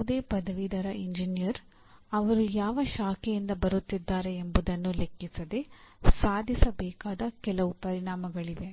ಯಾವುದೇ ಪದವೀಧರ ಎಂಜಿನಿಯರ್ ಅವರು ಯಾವ ಶಾಖೆಯಿಂದ ಬರುತ್ತಿದ್ದಾರೆಂಬುದನ್ನು ಲೆಕ್ಕಿಸದೆ ಸಾಧಿಸಬೇಕಾದ ಕೆಲವು ಪರಿಣಾಮಗಳಿವೆ